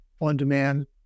on-demand